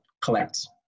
collect